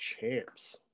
champs